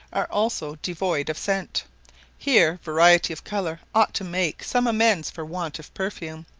are also devoid of scent here variety of colour ought to make some amends for want of perfume.